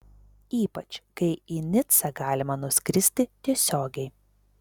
ypač kai į nicą galima nuskristi tiesiogiai